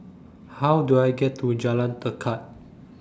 How Do I get to Jalan Tekad